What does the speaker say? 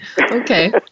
Okay